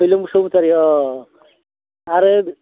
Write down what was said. फैलाव बसुमतारि अह आरो